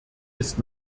ist